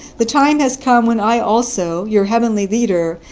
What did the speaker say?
the time has come when i also, your heavenly leader,